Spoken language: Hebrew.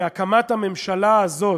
מהקמת הממשלה הזאת,